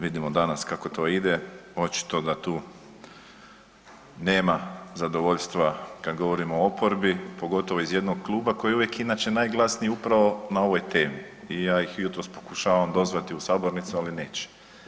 Vidimo danas kako to ide, očito da tu nema zadovoljstva, kad govorimo o oporbi, pogotovo iz jednog kluba koji je uvijek inače najglasniji upravo na ovoj temi i ja ih jutros pokušavam dozvati u sabornicu, ali neće.